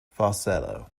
falsetto